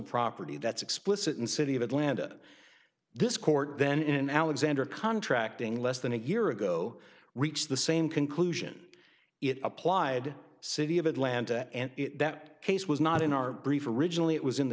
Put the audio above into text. property that's explicit in city of atlanta this court then in alexander contracting less than a year ago reached the same conclusion it applied city of atlanta and that case was not in our brief originally it was in the